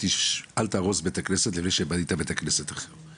אל תהרוס בית כנסת לפני שבנית בית כנסת אחר.